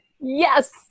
Yes